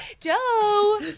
Joe